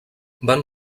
van